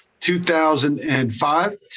2005